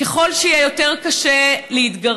ככל שיהיה יותר קשה להתגרש,